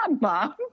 mom